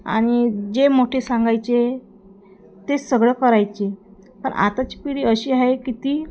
आणि जे मोठे सांगायचे ते सगळं करायचे पण आताची पिढी अशी आहे की ती